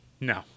No